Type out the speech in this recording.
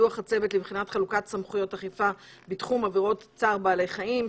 דוח הצוות לבחינת חלוקת סמכויות אכיפה בתחום עבירות צער בעלי חיים.